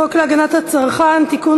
הצעת חוק הגנת הצרכן (תיקון,